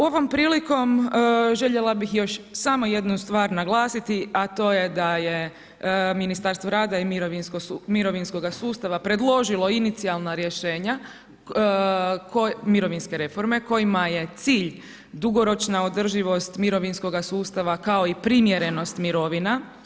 Ovom prilikom željela bih još samo jednu stvar naglasiti, a to je da je Ministarstvo rada i mirovinskoga sustava predložilo inicijalna rješenja mirovinske reforme kojima je cilj dugoročna održivost mirovinskog sustava kao i primjerenost mirovina.